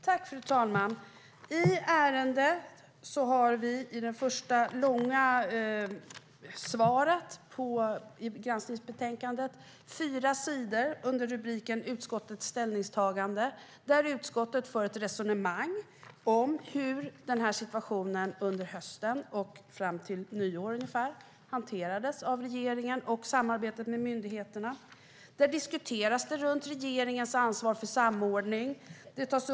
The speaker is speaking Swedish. Fru talman! När det gäller ärendet finns det i granskningsbetänkandet, under rubriken "Utskottets ställningstagande", fyra sidor där utskottet för ett resonemang om hur denna situation och samarbetet med myndigheterna under hösten och fram till ungefär nyår hanterades av regeringen. Regeringens ansvar för samordning diskuteras.